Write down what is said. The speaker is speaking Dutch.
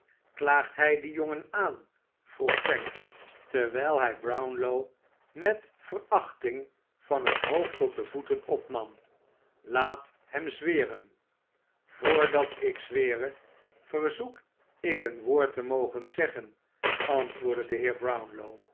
klaagt hij dien jongen aan vroeg fang terwijl hij brownlow met verachting van het hoofd tot de voeten opnam laat hem zweren vrdat ik zwere verzoek ik een woord te mogen zeggen antwoordde de heer brownlow